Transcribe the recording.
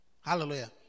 Hallelujah